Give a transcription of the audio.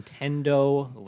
Nintendo